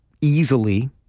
easily